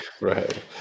right